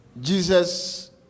Jesus